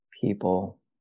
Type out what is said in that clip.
people